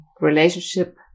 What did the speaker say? relationship